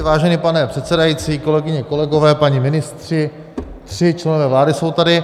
Vážený pane předsedající, kolegyně, kolegové, páni ministři, tři členové vlády jsou tady.